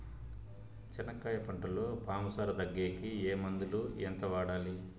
చెనక్కాయ పంటలో పాము సార తగ్గేకి ఏ మందులు? ఎంత వాడాలి?